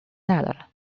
ندارم